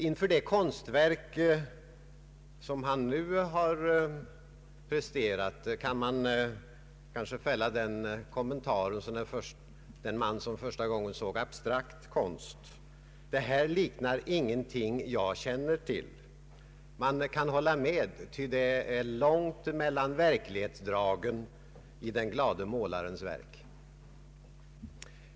Inför det konstverk finansministern nu har presenterat kan man fälla samma omdöme som den man som första gången såg abstrakt konst: ”Det här liknar ingenting jag känner till.” Man kan instämma i en sådan kommentar, ty det är långt mellan verklighetsdragen i den glade målarens verk.